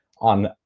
on